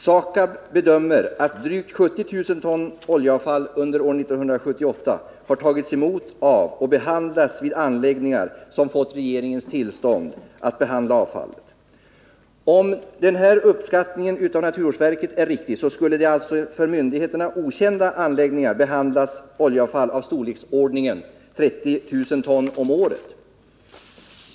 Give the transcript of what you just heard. SAKAB bedömer att drygt 70 000 ton oljeavfall under 1978 tagits emot och behandlats vid anläggningar som har regeringens tillstånd att behandla avfallet. Om den här uppskattningen av naturvårdsverket är riktig skulle det i för myndigheterna okända anläggningar behandlas oljeavfall av i storleksordningen 30 000 ton om året.